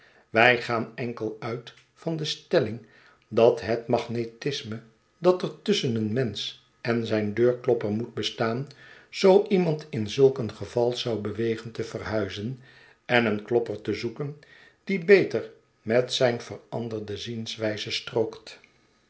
wij gaan enkel nit van de stelling dat het magnetisme dat er tusschen een mensch en zijn deurklopper moet bestaan zoo iemand in zulk een geval zou bewegen te verhuizen en een klopper te zoeken die beter met zijn veranderde zienswijze strookt